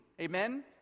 Amen